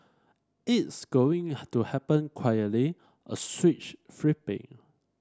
it's going to happen quietly a switch flipping